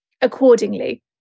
accordingly